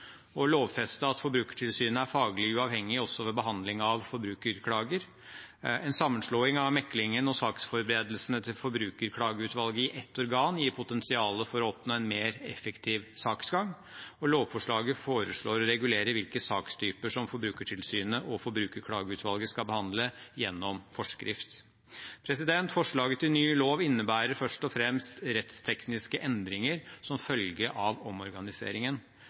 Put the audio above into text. og lovfeste at Forbrukertilsynet er faglig uavhengig også ved behandling av forbrukerklager, videre at en sammenslåing av meklingen og saksforberedelsene til Forbrukerklageutvalget i ett organ gir potensial for å oppnå en mer effektiv saksgang. Lovforslaget foreslår også å regulere hvilke sakstyper Forbrukertilsynet og Forbrukerklageutvalget skal behandle, gjennom forskrift. Forslaget til ny lov innebærer først og fremst rettstekniske endringer som følge av omorganiseringen.